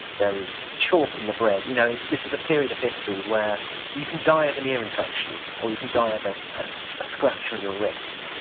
there is chalk in the bread you know this is a period of history where you can die of an ear infection or you can die of ah ah a scratch on your wrist.